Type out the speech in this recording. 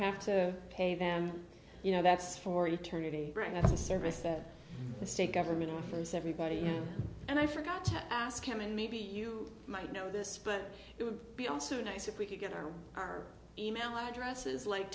have to pay them you know that's for eternity bring a service that the state government offers everybody you know and i forgot to ask them and maybe you might know this but it would be also nice if we could get our our e mail addresses like